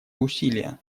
усилия